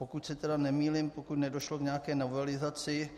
Pokud se nemýlím, pokud nedošlo k nějaké novelizaci.